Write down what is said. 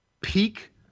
peak